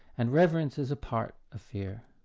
and reverence is a part of fear.